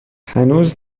هنوز